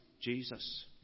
Jesus